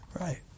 right